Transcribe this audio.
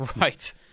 Right